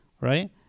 right